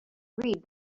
read